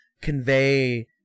convey